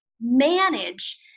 manage